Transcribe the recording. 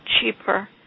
cheaper